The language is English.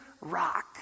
rock